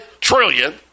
trillion